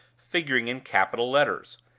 figuring in capital letters,